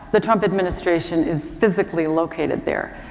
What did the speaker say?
the trump administration is physically located there,